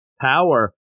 Power